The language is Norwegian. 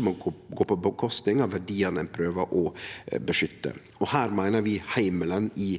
må gå på kostnad av verdiane ein prøver å beskytte. Her meiner vi heimelen i